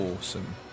awesome